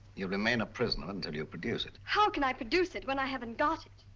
you'll remain a prisoner until you produce it. how can i produce it when i haven't got it?